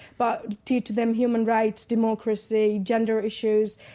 but teach them human rights, democracy, gender issues,